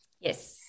yes